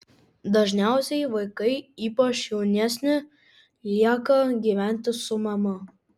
dažniausiai vaikai ypač jaunesni lieka gyventi su mama